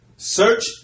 Search